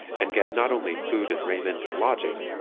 and get not only food and raiment and lodging,